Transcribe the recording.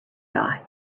thought